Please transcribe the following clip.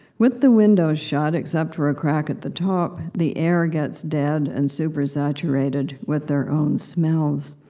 with the windows shut, except for a crack at the top, the air gets dead and super-saturated with their own smells.